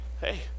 Hey